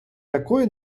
такої